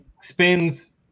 spins